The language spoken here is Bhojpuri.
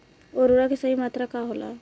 उर्वरक के सही मात्रा का होला?